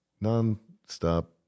non-stop